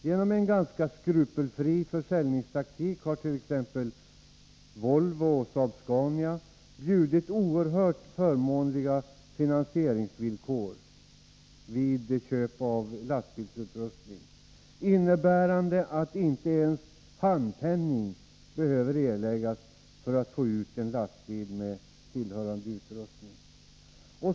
Genom en ganska skrupelfri försäljningstaktik har t.ex. Volvo och Saab-Scania erbjudit oerhört förmånliga finansieringsvillkor vid köp av lastbilsutrustning, innebärande att inte ens handpenning behöver erläggas för att man skall få ut en lastbil med tillhörande utrustning.